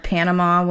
Panama